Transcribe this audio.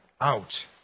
out